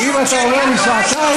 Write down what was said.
אם אתה אומר לי שעתיים,